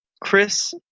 Chris